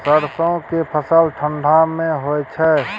सरसो के फसल ठंडा मे होय छै?